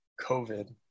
COVID